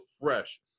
fresh